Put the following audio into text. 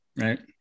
right